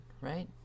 Right